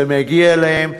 זה מגיע להם.